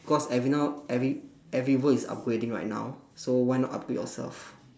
cause every now every everyone is upgrading right now so why not upgrade yourself